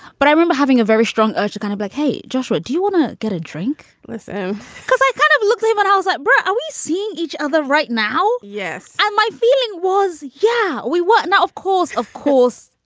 but i remember having a very strong urge to kind of like, hey, joshua, do you wanna get a drink with em? cause i kind of look like, what else like but are we seeing each other right now? yes. and my feeling was, yeah, we want now of course. of course.